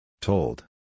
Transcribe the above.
Told